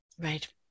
Right